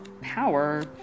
power